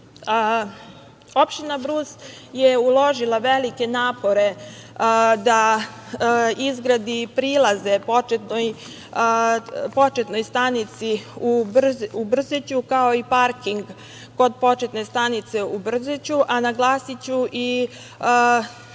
Opština Brus je uložila velike napore da izgradi prilazi početnoj stanici u Brzeću, kao i parking kod početne stanice u Brzeću, a naglasiću i